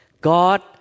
God